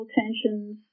tensions